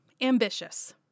Ambitious